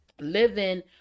living